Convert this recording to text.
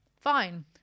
fine